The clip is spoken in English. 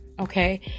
okay